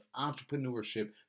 entrepreneurship